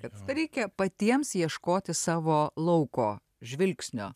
kad reikia patiems ieškoti savo lauko žvilgsnio